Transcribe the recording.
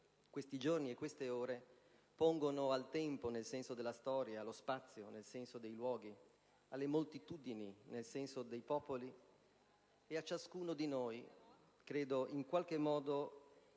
questi giorni e queste ore pongono al tempo nel senso della storia, allo spazio nel senso dei luoghi, alle moltitudini nel senso dei popoli, e a ciascuno di noi, poiché credo